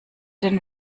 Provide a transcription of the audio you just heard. den